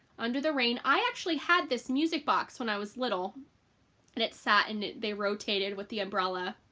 under the rain. i actually had this music box when i was little and it's at and they rotated with the umbrella.